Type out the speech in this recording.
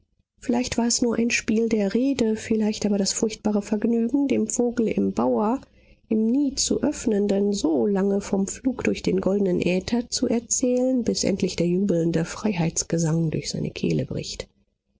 vielleicht war es nur ein spiel der rede vielleicht aber das furchtbare vergnügen dem vogel im bauer im nie zu öffnenden so lange vom flug durch den goldnen äther zu erzählen bis endlich der jubelnde freiheitsgesang durch seine kehle bricht